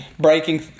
breaking